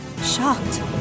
shocked